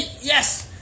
yes